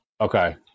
okay